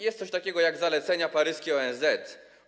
Jest coś takiego jak zalecenia paryskie ONZ.